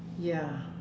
ya